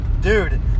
dude